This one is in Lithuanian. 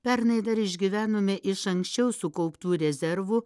pernai dar išgyvenome iš anksčiau sukauptų rezervų